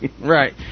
right